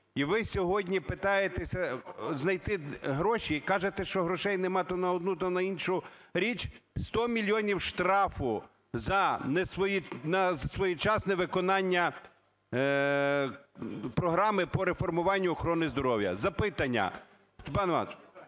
І ви сьогодні питаєтеся знайти гроші і кажете, що грошей нема то на одну, то на іншу річ. 100 мільйонів штрафу за несвоєчасне виконання програми по реформуванню охорони здоров'я. Запитання.